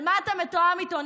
על מה אתה מתואם איתו?